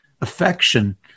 affection